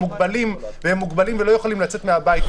מוגבלים בניידות ולא יכולים לצאת מהבית,